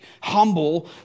humble